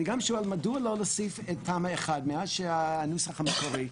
אני שואל מדוע לא להוסיף את תמ"א 1 מהנוסח המקורי?